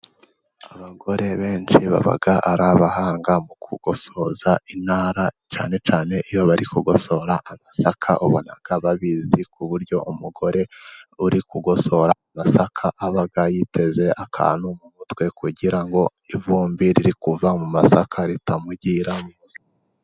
Abagore benshi baba ari abahanga mu kugosoza intara, cyane cyane iyo bari kugosora amasaka, ubona babizi ku buryo umugore uri kugosora amasaka aba yiteze akantu mu mutwe, kugira ngo ivumbi riri kuva mu masaka ritamugeraho.